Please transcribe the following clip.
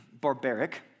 barbaric